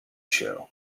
show